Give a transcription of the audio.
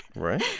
right?